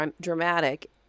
dramatic